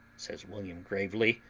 says william gravely,